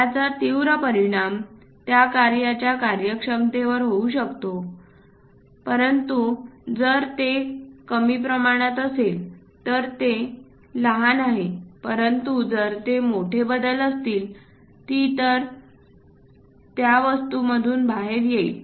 याचा तीव्र परिणाम त्या कार्याच्या कार्यक्षमतेवर होऊ शकतो परंतु जर ते कमी प्रमाणात असेल तर हे लहान आहे परंतु जर हे मोठे बदल असते ती तर ते त्या वस्तूमधून बाहेर येईल